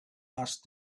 asked